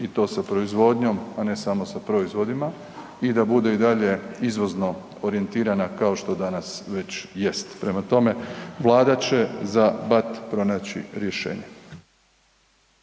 i to sa proizvodnjom, a ne samo sa proizvodima i da bude i dalje izvozno orijentirana kao što danas već jest. Prema tome, Vlada će za BAT pronaći rješenje.